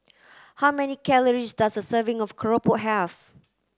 how many calories does a serving of Keropok have